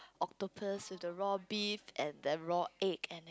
octopus with the raw beef and the raw egg and